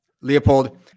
Leopold